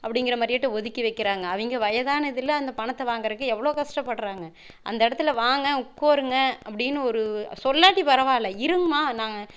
அப்படிங்கற மாதிரியாட்ட ஒதுக்கி வைக்கிறாங்க அவங்க வயதானதில்ல அந்த பணத்தை வாங்கிறக்கு எவ்வளோ கஷ்டப்படுகிறாங்க அந்த இடத்துல வாங்க உட்காருங்க அப்படின்னு ஒரு சொல்லாட்டி பரவாயில்ல இருங்கமா நாங்கள்